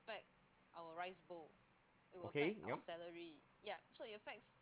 okay yup